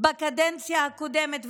בקדנציה הקודמת,